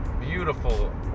beautiful